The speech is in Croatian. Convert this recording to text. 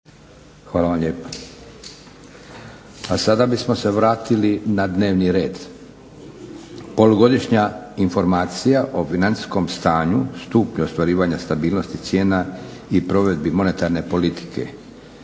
Hvala vam lijepa. A sada bismo se vratili na dnevni red. Polugodišnja informacija o financijskom stanju, stupnju ostvarivanja stabilnosti cijena i provedbi monetarne politike.